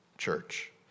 Church